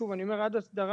שוב אני אומר עד ההסדרה,